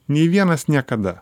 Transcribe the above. nei vienas niekada